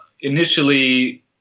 initially